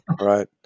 right